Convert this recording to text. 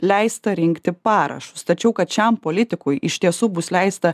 leista rinkti parašus tačiau kad šiam politikui iš tiesų bus leista